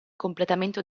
completamento